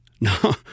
No